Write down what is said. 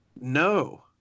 No